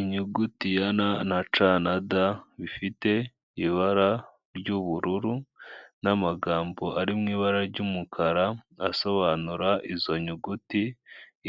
Inyuguti ya na na ca, na da bifite ibara ry'ubururu n'amagambo ari mu ibara ry'umukara asobanura izo nyuguti.